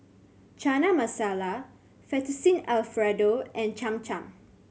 Chana Masala Fettuccine Alfredo and Cham Cham